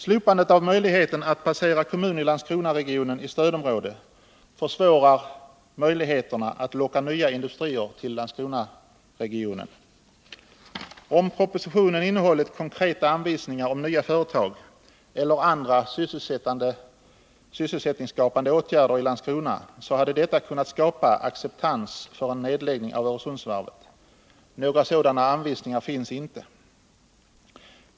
Slopandet av möjligheten att placera kommun i Landskronaregionen i stödområde försämrar möjligheterna att locka nya industrier till Landskro företag eller andra sysselsättningsskapande åtgärder i Landskrona, så hade detta medfört att en nedläggning av Öresundsvarvet lättare kunnat accepteras. Några sådana anvisningar finns inte.